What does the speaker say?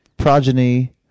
Progeny